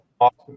Awesome